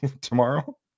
tomorrow